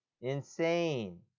Insane